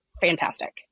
fantastic